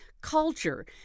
Culture